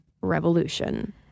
revolution